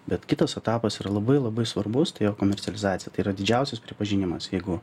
bet kitas etapas yra labai labai svarbus tai komercializacija tai yra didžiausias pripažinimas jeigu